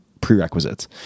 prerequisites